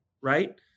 right